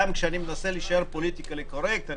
גם כשאני מנסה להישאר פוליטיקלי קורקט אני